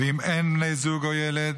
ואם אין בן זוג או ילד,